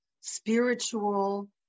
spiritual